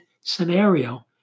scenario